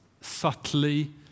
subtly